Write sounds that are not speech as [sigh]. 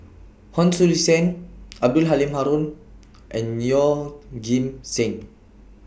Hon Sui Sen Abdul Halim Haron [noise] and Yeoh Ghim Seng